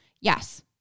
Yes